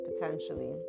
potentially